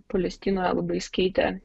palestinoje labai skaitė